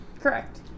Correct